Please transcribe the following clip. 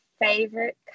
favorite